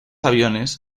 aviones